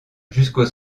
jusqu’au